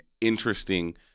interesting